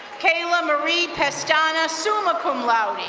kayla marie pestana, summa cum laude.